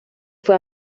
fue